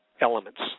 Elements